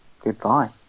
Goodbye